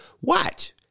watch